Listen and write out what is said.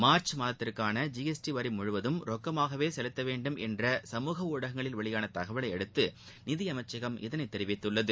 March மாதத்திற்கான G S T வரி முழுவதும் ரொக்கமாகவே செலுத்த வேண்டும் என்று சமூக ஊடகங்களில் வெளியான தகவலை அடுத்து நிதியமைச்சகம் இதனை தெரிவித்துள்ளது